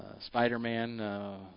Spider-Man